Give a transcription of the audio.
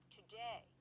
today